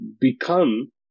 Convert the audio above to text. become